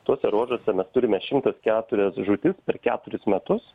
tuose ruožuose mes turime šimtas keturias žūtis per keturis metus